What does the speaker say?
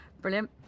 Brilliant